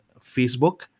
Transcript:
Facebook